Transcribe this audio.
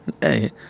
hey